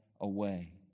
away